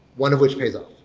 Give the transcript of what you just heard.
one of which pays off.